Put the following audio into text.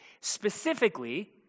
specifically